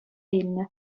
илнӗ